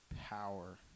power